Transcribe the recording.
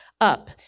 up